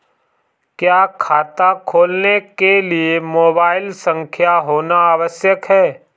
क्या खाता खोलने के लिए मोबाइल संख्या होना आवश्यक है?